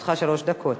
לרשותך שלוש דקות.